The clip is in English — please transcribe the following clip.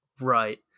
Right